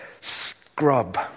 Scrub